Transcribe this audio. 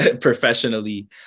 professionally